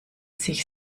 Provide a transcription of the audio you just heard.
sich